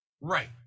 Right